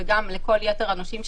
וגם לכל יתר הנושים,